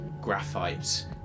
graphite